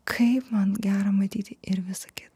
kaip man gera matyti ir visa kita